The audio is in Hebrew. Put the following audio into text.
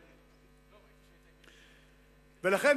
לכן,